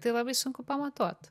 tai labai sunku pamatuot